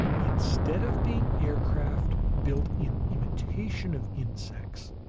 instead of being aircraft built in imitation of insects,